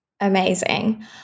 Amazing